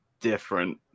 different